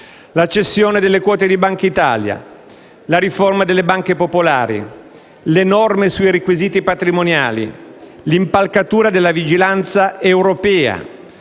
la cessione delle quote di Banca d'Italia, la riforma delle banche popolari, le norme sui requisiti patrimoniali, l'impalcatura della vigilanza europea,